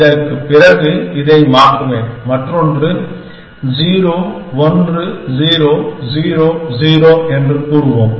இதற்குப் பிறகு இதை மாற்றுவேன் மற்றொன்று 0 1 0 0 0 என்று கூறுவோம்